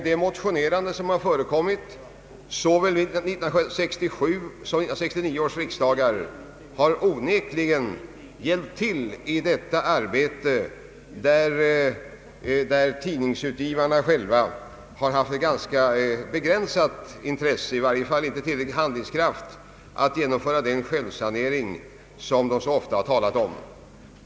Det motionerande som förekommit vid såväl 1967 som 1969 års riksdagar har onekligen hjälpt till i detta arbete. Tidningsutgivarna själva har haft ett ganska begränsat intresse, eller i varje fall inte tillräcklig handlingskraft, för att genom föra den självsanering som det ofta talas om.